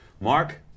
Mark